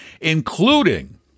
including